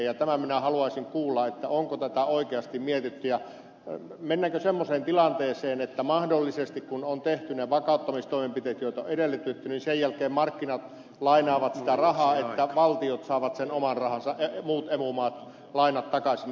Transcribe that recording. minä haluaisin kuulla onko tätä oikeasti mietitty ja mennäänkö semmoiseen tilanteeseen että mahdollisesti sen jälkeen kun on tehty ne vakauttamistoimenpiteet joita on edellytetty markkinat lainaavat rahaa jotta valtiot saavat oman rahansa ja muut emu maat lainat takaisin